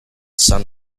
san